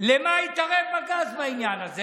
למה התערב בג"ץ בעניין הזה?